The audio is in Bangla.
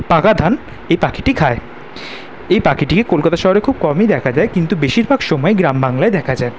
পাকা ধান এই পাখিটি খায় এই পাখিটিকে কলকাতা শহরে খুব কমই দেখা যায় কিন্তু বেশিরভাগ সময় গ্রাম বাংলায় দেখা যায়